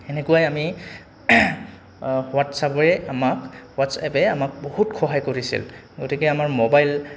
তেনেকুৱাই আমি হোৱাটছএপেৰে আমাক হোৱাটছএপে আমাক বহুত সহায় কৰিছিল গতিকে আমাৰ মোবাইল